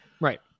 Right